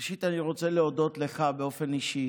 ראשית, אני רוצה להודות לך באופן אישי